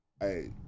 Hey